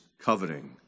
coveting